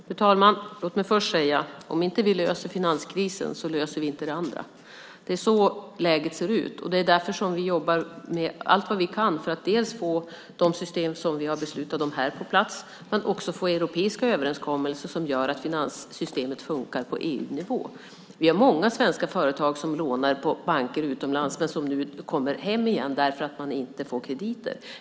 Fru talman! Låt mig först säga att om vi inte löser finanskrisen löser vi inte det andra. Det är så läget är. Därför jobbar vi allt vi kan för att dels få på plats de system som vi har beslutat om här, dels få europeiska överenskommelser som gör att finanssystemet fungerar på EU-nivå. Det är många svenska företag som lånar på banker utomlands, men som nu kommer hem igen eftersom man inte får krediter.